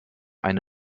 eine